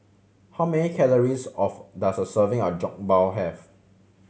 how many calories of does a serving of Jokbal have